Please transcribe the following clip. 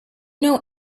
know